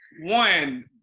one